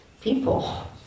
people